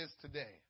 today